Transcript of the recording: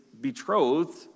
betrothed